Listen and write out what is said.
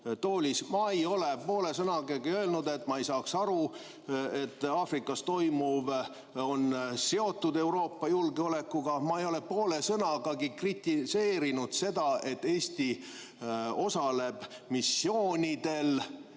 Ma ei ole poole sõnagagi öelnud, et ma ei saa aru, et Aafrikas toimuv on seotud Euroopa julgeolekuga. Ma ei ole poole sõnagagi kritiseerinud seda, et Eesti osaleb missioonidel.